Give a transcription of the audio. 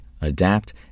adapt